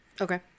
okay